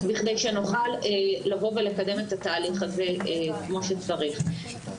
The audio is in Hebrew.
בכדי שנוכל לבוא ולקדם את התהליך הזה כמו שצריך.